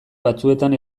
batzuetan